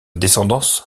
descendance